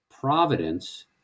providence